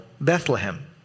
Bethlehem